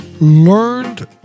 learned